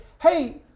hey